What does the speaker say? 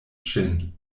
ŝin